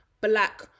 black